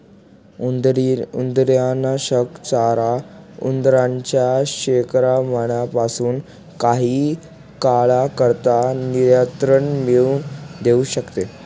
उंदीरनाशक चारा उंदरांच्या संक्रमणापासून काही काळाकरता नियंत्रण मिळवून देऊ शकते